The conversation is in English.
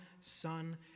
Son